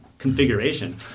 configuration